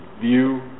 view